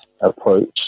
approach